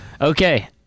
Okay